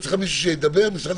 את צריכה מישהו שידבר ממשרד המשפטים?